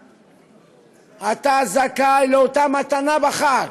אתה זכאי לאותה מתנה בחג,